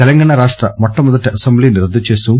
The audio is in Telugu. తెలంగాణ రాష్ట మొట్టమొదటి అసెంబ్లీని రద్దు చేస్తూ